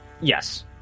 Yes